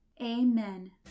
Amen